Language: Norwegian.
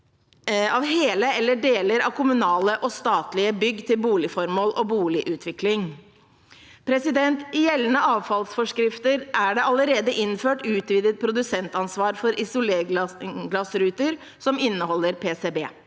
av hele eller deler av kommunale og statlige bygg til boligformål og boligutvikling. I gjeldende avfallsforskrifter er det allerede innført utvidet produsentansvar for isolerglassruter som inneholder PCB.